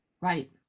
Right